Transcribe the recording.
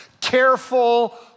careful